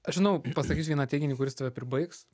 aš žinau pasakysiu vieną teiginį kuris tave pribaigs